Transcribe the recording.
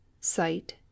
sight